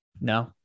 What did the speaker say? No